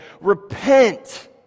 Repent